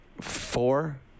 four